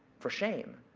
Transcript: for shame.